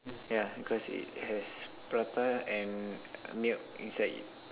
yeah because it has prata and milk inside it